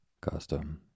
Custom